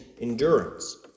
endurance